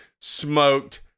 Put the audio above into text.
smoked